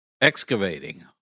excavating